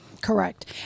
Correct